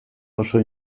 oso